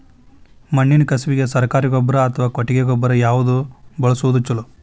ಮಣ್ಣಿನ ಕಸುವಿಗೆ ಸರಕಾರಿ ಗೊಬ್ಬರ ಅಥವಾ ಕೊಟ್ಟಿಗೆ ಗೊಬ್ಬರ ಯಾವ್ದು ಬಳಸುವುದು ಛಲೋ?